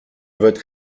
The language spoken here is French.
votre